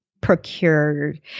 procured